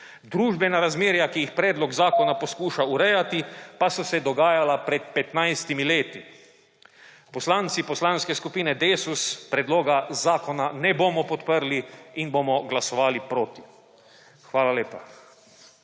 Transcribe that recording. Družbena razmerja, ki jih predlog zakona poskuša urejati, pa so se dogajala pred petnajstimi leti. Poslanci Poslanske skupine Desus predloga zakona ne bomo podprli in bomo glasovali proti. Hvala lepa.